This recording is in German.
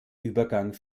übergang